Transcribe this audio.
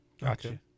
Gotcha